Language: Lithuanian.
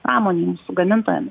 pramoninių su gamintojam